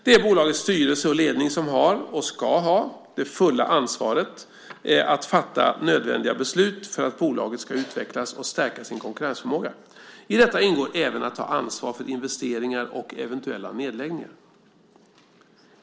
Det är bolagets styrelse och ledning som har och ska ha det fulla ansvaret att fatta nödvändiga beslut för att bolaget ska utvecklas och stärka sin konkurrensförmåga. I detta ingår även att ta ansvar för investeringar och eventuella nedläggningar.